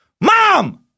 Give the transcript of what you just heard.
Mom